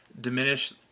diminish